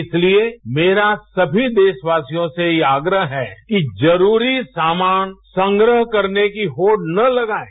इसलिये मेरा समी देशवासियों से यह आप्रह है कि जरूरी सामान संग्रह करने की होड़ ना लगायें